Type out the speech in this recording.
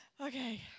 Okay